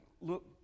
look